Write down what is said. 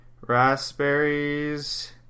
raspberries